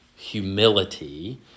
humility